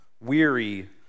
weary